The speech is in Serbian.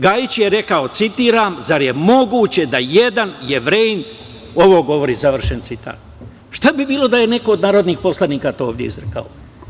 Gajić je rekao: „Zar je moguće da jedan Jevrejin ovo govori?“ Šta bi bilo da je neko od narodnih poslanika to ovde izrekao?